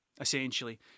essentially